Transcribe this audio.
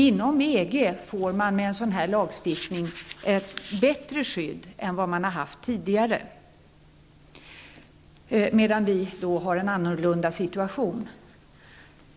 Inom EG får man med en sådan här lagstiftning ett bättre skydd än vad man har haft tidigare, medan vi har en annan situation.